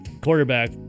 quarterback